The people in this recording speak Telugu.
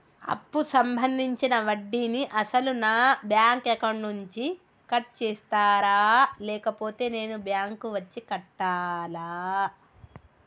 అప్పు సంబంధించిన వడ్డీని అసలు నా బ్యాంక్ అకౌంట్ నుంచి కట్ చేస్తారా లేకపోతే నేను బ్యాంకు వచ్చి కట్టాలా?